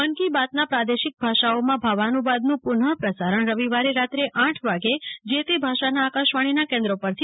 મન કી બાતના પ્રાદેશિક ભાષાઓમાં ભાવાનુવાદનું પુનઃ પ્રસારણ રવિવારે રાત્રે આઠ વાગે જે તે ભાષાના આકાશવાણીના કેન્દ્રો પરથી કરાશે